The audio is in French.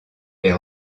est